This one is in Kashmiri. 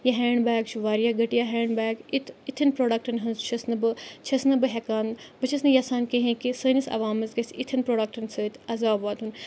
یہِ ہینٛڈ بیگ چھُ واریاہ گھٹیا ہینٛڈ بیگ اِتہٕ اِتھٮ۪ن پرٛوڈَکٹَن ہٕنٛز چھَس نہٕ بہٕ چھَس نہٕ بہٕ ہٮ۪کان بہٕ چھَس نہٕ یَژھان کِہیٖنۍ کہِ سٲنِس عوامَس گژھِ اِتھٮ۪ن پرٛوڈَکٹَن سۭتۍ عزاب واتُن